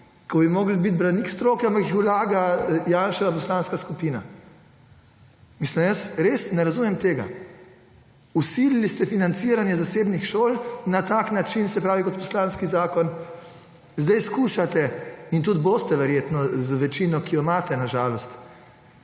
ki bi morali biti branik stroke, ampak jih vlaga Janševa poslanska skupina. Mislim, jaz res ne razumem tega. Vsilili ste financiranje zasebnih šol na tak način, se pravi, kot poslanski zakon. Zdaj skušate – in tudi boste verjetno z večino, ki jo imate, na žalost